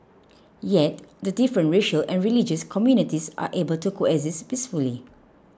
yet the different racial and religious communities are able to coexist peacefully